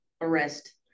arrest